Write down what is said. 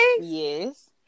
yes